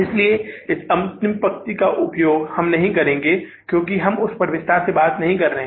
इसलिए इस अंतिम पंक्ति का हम उपयोग नहीं करेंगे क्योंकि हम उस पर विस्तार से बात नहीं कर रहे हैं